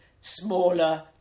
smaller